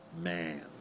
man